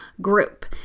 Group